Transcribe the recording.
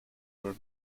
were